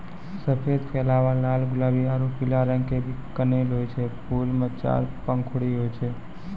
सफेद के अलावा लाल गुलाबी आरो पीला रंग के भी कनेल होय छै, फूल मॅ चार पंखुड़ी होय छै